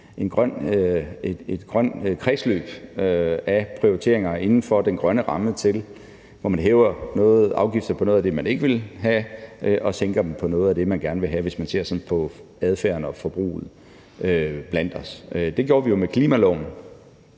et grønt kredsløb af prioriteringer inden for den grønne ramme, hvor man hæver afgifter på noget af det, man ikke vil have, og sænker dem på noget af det, man vil gerne vil have, hvis man ser på adfærden og forbruget blandt os. Det gjorde vi med klimaloven